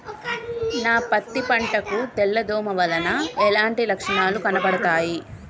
నా పత్తి పంట కు తెల్ల దోమ వలన ఎలాంటి లక్షణాలు కనబడుతాయి?